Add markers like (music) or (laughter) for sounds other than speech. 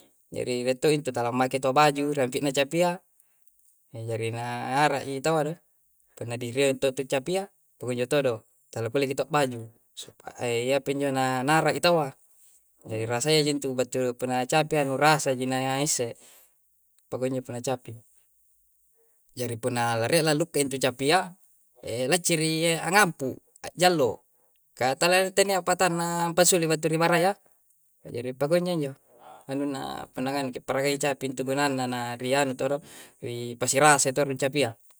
Jari retto'i tala maik to tala baju rekinna capia. (hesitation) jarina (hesitation) ara i tawwaru karna dire to capia, punjo' todo talakulle ji to baju, supa (hesitation) ya pinjo na nara'i tawwa. Jadi (naise) (hesitation) ra saya ji ntu battu puna cape, anu rasa ji na ya isse. Poko injo punna capi. Jari punna rare'la lukk'e punna capia, (hesitation) la ciri (hesitation) ngampu, (hesitation) jallo. Katalla teni apatanna (hesitation) pasuli faturi fa raya, jari pokonyo injo. Anunna (hesitation) pandaganya, kepara i capi intu tugunana na riya ntoro, ri pasera setor capia.